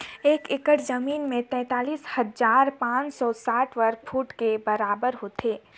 एक एकड़ जमीन तैंतालीस हजार पांच सौ साठ वर्ग फुट के बराबर होथे